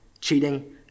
cheating